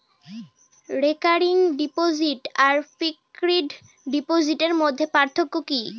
Recurring deposit আর fixed ডিপোজিটের মধ্যে পার্থক্য কি?